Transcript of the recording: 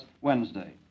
Wednesday